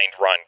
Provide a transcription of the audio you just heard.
run